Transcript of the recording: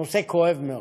הוא נושא כואב מאוד.